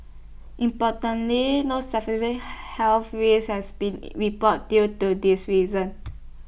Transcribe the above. importantly no health risks have been reported due to these reason